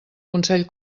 consell